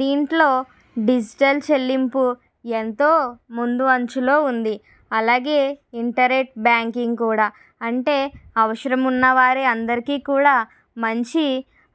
దీంట్లో డిజిటల్ చెల్లింపు ఎంతో ముందు అంచులో ఉంది అలాగే ఇంటర్నెట్ బ్యాంకింగ్ కూడా అంటే అవసరం ఉన్నవారే అందరికీ కూడా మంచి